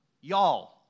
Y'all